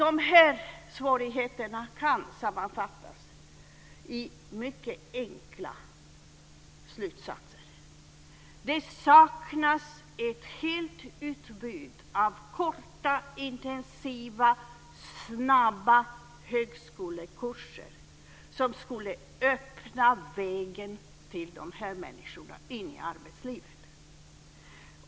De här svårigheterna kan sammanfattas i mycket enkla slutsatser. Det saknas helt ett utbud av korta intensiva snabba högskolekurser som skulle öppna vägen för de här människorna in i arbetslivet.